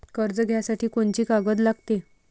कर्ज घ्यासाठी कोनची कागद लागते?